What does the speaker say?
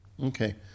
Okay